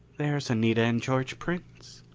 there's anita and george prince.